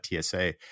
TSA